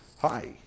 hi